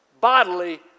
bodily